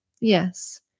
Yes